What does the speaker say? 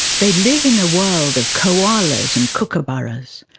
they live in a world of koalas and kookaburras,